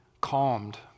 calmed